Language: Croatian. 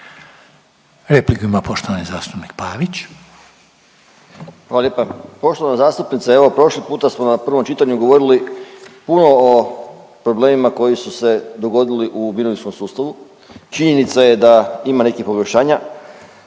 Repliku ima poštovani zastupnik Pavić.